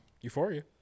Euphoria